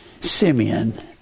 Simeon